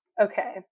Okay